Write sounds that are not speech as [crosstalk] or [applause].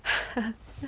[laughs]